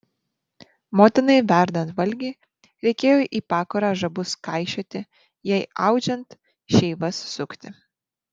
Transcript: motinai verdant valgį reikėjo į pakurą žabus kaišioti jai audžiant šeivas sukti